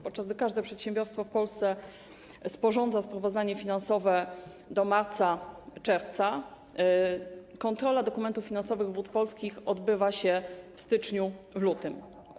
Podczas gdy każde przedsiębiorstwo w Polsce sporządza sprawozdanie finansowe do marca-czerwca, kontrola dokumentów finansowych Wód Polskich odbywa się w styczniu-lutym.